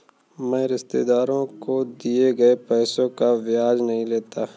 मैं रिश्तेदारों को दिए गए पैसे का ब्याज नहीं लेता